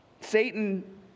Satan